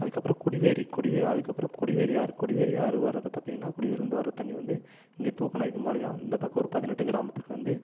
அதுக்கப்புறம் கொடிவேரி கொடிவேரி அதுக்கப்புறம் கொடிவேரி ஆறு கொடிவேரி ஆறு வரது பார்த்திங்கன்னா கொடிவேரிலேந்து வர தண்ணீர் வந்து இங்கே தூக்கநாயக்கம் பாளையம் இந்த பக்கம் ஒரு பதினெட்டு கிராமத்துக்கு வந்து